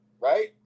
Right